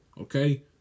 okay